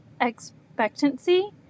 expectancy